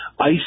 ice